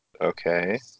Okay